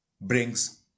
brings